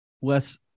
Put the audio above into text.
Wes